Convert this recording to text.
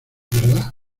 verdad